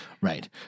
Right